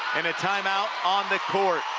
and a time-out on the court.